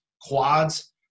quads